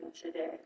today